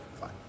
Fine